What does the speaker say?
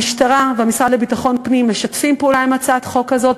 המשטרה והמשרד לביטחון פנים משתפים פעולה בהצעת החוק הזאת.